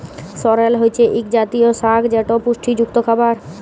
সরেল হছে ইক জাতীয় সাগ যেট পুষ্টিযুক্ত খাবার